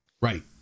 Right